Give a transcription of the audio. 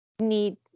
need